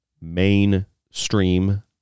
mainstream